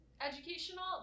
educational